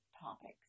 topics